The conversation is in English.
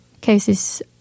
cases